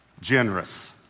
Generous